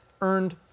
earned